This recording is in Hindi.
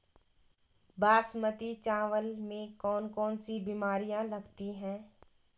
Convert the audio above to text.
बासमती चावल में कौन कौन सी बीमारियां लगती हैं?